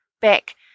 back